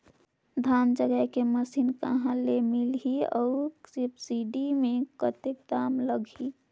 धान जगाय के मशीन कहा ले मिलही अउ सब्सिडी मे कतेक दाम लगही?